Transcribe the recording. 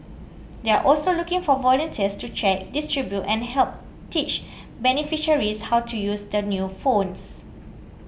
they're also looking for volunteers to check distribute and help teach beneficiaries how to use the new phones